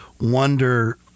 wonder